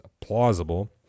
plausible